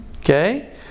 Okay